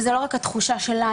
וזה לא רק התחושה שלנו,